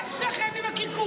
מה יש לכם עם הקרקורים?